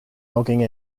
logging